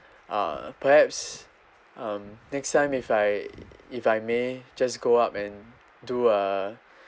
uh perhaps um next time if I if I may just go up and do a